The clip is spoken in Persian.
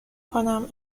کنم